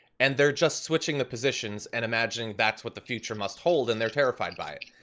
and they're just switching the positions and imagining that's what the future must hold, and they're terrified by it.